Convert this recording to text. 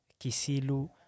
Kisilu